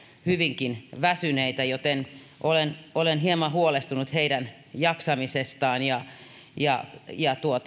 hyvinkin väsyneitä joten olen olen hieman huolestunut heidän jaksamisestaan ja ja